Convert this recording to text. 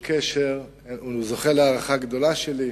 הוא זוכה להערכה גדולה שלי.